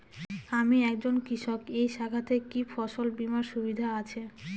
আমি একজন কৃষক এই শাখাতে কি ফসল বীমার সুবিধা আছে?